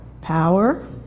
Power